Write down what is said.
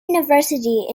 university